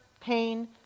pain